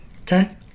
okay